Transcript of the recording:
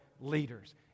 leaders